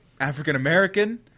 African-American